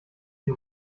die